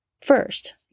First